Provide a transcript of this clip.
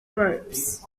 ropes